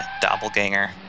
doppelganger